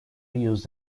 use